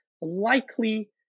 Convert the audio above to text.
likely